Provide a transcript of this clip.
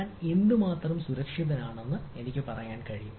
ഞാൻ എത്രമാത്രം സുരക്ഷിതനാണെന്ന് എനിക്ക് പറയാൻ കഴിയും